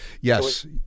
Yes